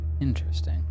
Interesting